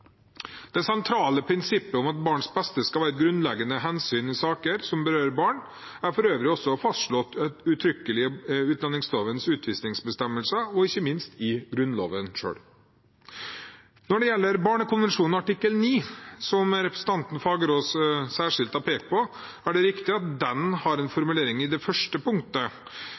Det sentrale prinsippet om at barnets beste skal være et grunnleggende hensyn i saker som berører barn, er for øvrig også fastslått uttrykkelig i utlendingslovens utvisningsbestemmelser og ikke minst i Grunnloven selv. Når det gjelder barnekonvensjonens artikkel 9, som representanten Fagerås særskilt har pekt på, er det riktig at den har en formulering i det første punktet